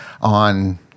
on